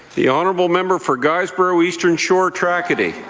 the honourable member for guysborough eastern shore tracadie.